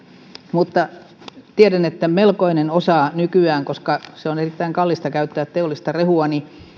mutta tiedän että melkoinen osa nykyään koska on erittäin kallista käyttää teollista rehua